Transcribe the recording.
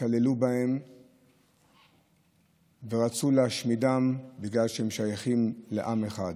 התעללו בהם ורצו להשמידם בגלל שהם שייכים לעם אחד,